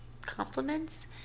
compliments